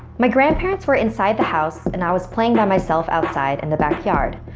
my grandparents were inside the house and i was playing by myself outside in the backyard.